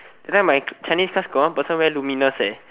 that time my chinese class got one person wear luminous eh